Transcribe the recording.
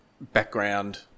background